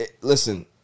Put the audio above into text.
listen